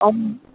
అమ్